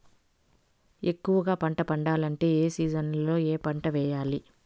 ఎక్కువగా పంట పండాలంటే ఏ సీజన్లలో ఏ పంట వేయాలి